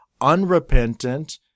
unrepentant